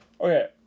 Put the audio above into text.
Okay